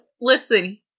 Listen